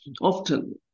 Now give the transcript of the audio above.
often